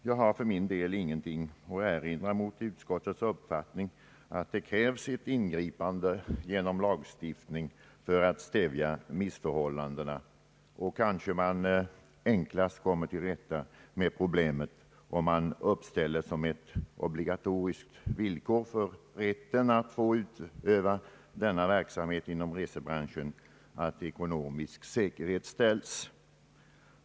Jag har ingenting att erinra mot utskottets uppfattning att det krävs ett ingripande genom lagstiftning för att stävja missförhållandena. Man kanske enklast kommer till rätta med problemet om man som ett obligatoriskt villkor för rätten att få utöva denna verksamhet inom resebranschen uppställer att ekonomisk säkerhet ställs.